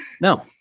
no